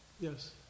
Yes